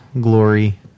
glory